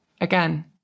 again